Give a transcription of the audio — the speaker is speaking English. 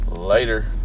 Later